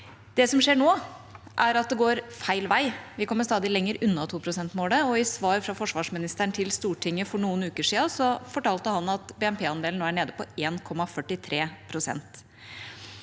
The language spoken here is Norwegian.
Det som skjer nå, er at det går feil vei. Vi kommer stadig lengre unna 2-prosentmålet, og i svar fra forsvarsministeren til Stortinget for noen uker siden fortalte han at BNP-andelen var nede på 1,43 pst.